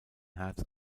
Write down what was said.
herz